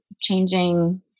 changing